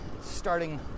starting